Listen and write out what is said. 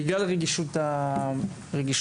בגלל רגישות הנושא,